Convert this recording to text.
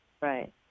Right